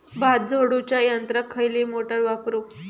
भात झोडूच्या यंत्राक खयली मोटार वापरू?